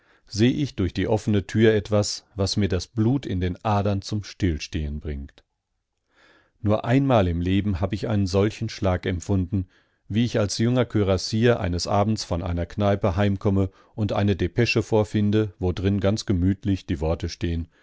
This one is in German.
seh ich durch die offene tür etwas was mir das blut in den adern zum stillstehen bringt nur einmal im leben hab ich einen solchen schlag empfunden wie ich als junger kürassier eines abends von einer kneipe heimkomme und eine depesche vorfinde wodrin ganz gemütlich die worte stehen